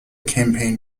campaign